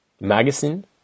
magazine